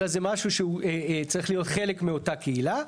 אלא זה משהו שהוא צריך להיות חלק מאותה קהילה.